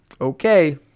okay